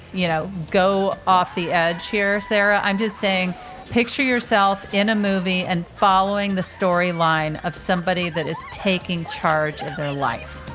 you know, go off the edge here, sarah. i'm just saying picture yourself in a movie and following the storyline of somebody that is taking charge of their life